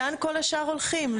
לאן כל השאר הולכים?